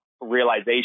realization